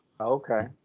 Okay